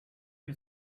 you